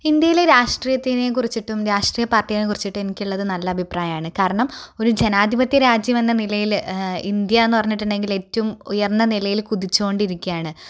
ഇന്ത്യയിലെ രാഷ്ട്രീയത്തിനെ കുറിച്ചിട്ടും രാഷ്ട്രീയ പാര്ട്ടിനെ കുറിച്ചിട്ടും എനിക്കുള്ളത് നല്ല അഭിപ്രായമാണ് കാരണം ഒരു ജനാധിപത്യ രാജ്യം എന്ന നിലയില് ഇന്ത്യ എന്ന് പറഞ്ഞിട്ടുണ്ടെങ്കില് ഏറ്റോം ഉയര്ന്ന നിലയില് കുതിച്ച് കൊണ്ടിരിക്കുകയാണ്